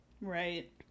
Right